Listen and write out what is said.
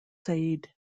said